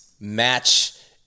match